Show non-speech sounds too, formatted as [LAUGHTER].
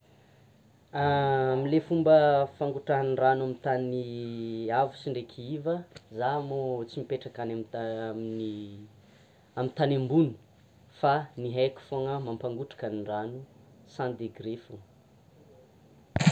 Amle fomba fampangotrahana rano amin'ny tany avo sy ndreky iva, za moa tsy mipetra amin'ny [HESITATION] amin'ny tany ambony fa ny haiko foana mampangotraka ny rano cent dégrè foa.